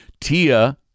TIA